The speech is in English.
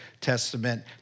Testament